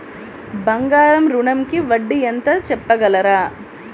బంగారు ఋణంకి వడ్డీ ఎంతో చెప్పగలరా?